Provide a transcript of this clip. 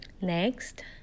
Next